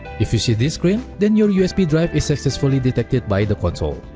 if you see this screen, then your usb drive is succesfully detected by the console.